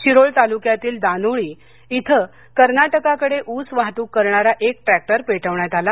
शिरोळ तालुक्यातील दानोळी इथं कर्नाटकाकडे ऊस वाहतूक करणारा एक ट्रॅक्टर पेटवण्यात आला